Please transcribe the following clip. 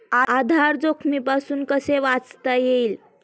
आधार जोखमीपासून कसे वाचता येईल?